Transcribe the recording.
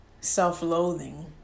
self-loathing